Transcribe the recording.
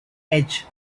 edge